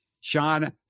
Sean